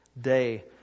day